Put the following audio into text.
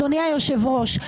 אדוני היושב-ראש,